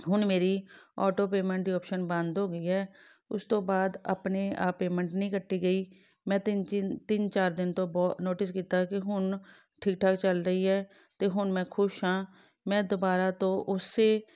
ਹੁਣ ਮੇਰੀ auto payment ਦੀ ਓਪਸ਼ਨ ਬੰਦ ਹੋ ਗਈ ਹੈ ਉਸ ਤੋਂ ਬਾਅਦ ਆਪਣੇ ਆਪ ਪੇਮੈਂਟ ਨਹੀਂ ਕੱਟੀ ਗਈ ਮੈਂ ਤਿੰਨ ਚਿਨ ਤਿੰਨ ਚਾਰ ਦਿਨ ਤੋਂ ਬਹੁ ਨੋਟਿਸ ਕੀਤਾ ਕਿ ਹੁਣ ਠੀਕ ਠਾਕ ਚੱਲ ਰਹੀ ਹੈ ਅਤੇ ਹੁਣ ਮੈਂ ਖੁਸ਼ ਹਾਂ ਮੈਂ ਦੁਬਾਰਾ ਤੋਂ ਉਸੇ